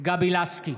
גבי לסקי,